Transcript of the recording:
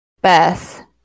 Beth